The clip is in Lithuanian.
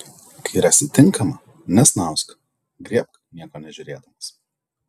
kai rasi tinkamą nesnausk griebk nieko nežiūrėdamas